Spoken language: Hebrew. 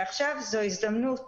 עכשיו זו הזדמנות